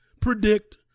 predict